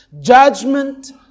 Judgment